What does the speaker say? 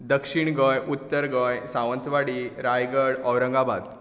दक्षीण गोंय उत्तर गोंय सावंतवाडी रायगड औरंगाबाद